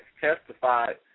Testified